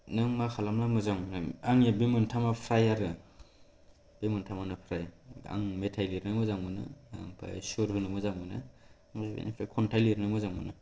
आं मा खालामनो मोजां आंनि बि मोनथामा फ्राय आरो बे मोनथामआनो फ्राय आं मेथाइ लिरनो मोजां मोनो आमफ्राय सुर होनो मोजां मोनो आमफ्राय बेनिफ्राय खन्थाइ लिरनो मोजां मोनो